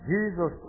Jesus